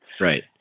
Right